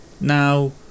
Now